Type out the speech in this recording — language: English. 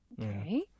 Okay